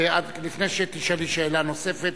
לפני שתשאלי שאלה נוספת,